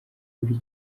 buri